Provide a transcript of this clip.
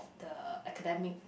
the academic